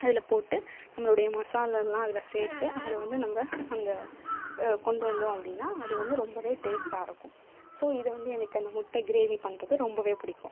அதில் போட்டு நம்மளுடைய மசாலால்லாம் அதில் சேர்த்து அதை வந்து நம்ப அந்த கொண்டு வந்தோம் அப்படின்னா அது வந்து ரொம்பவே டேஸ்ட்டாக இருக்கும் ஸோ இது வந்து எனக்கு அந்த முட்டை க்ரேவி பண்றது ரொம்பவே பிடிக்கும்